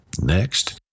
Next